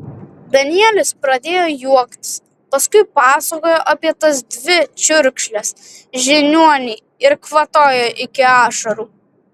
danielis pradėjo juoktis paskui pasakojo apie tas dvi čiurkšles žiniuonei ir kvatojo iki ašarų